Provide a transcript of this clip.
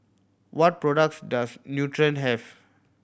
what products does Nutren have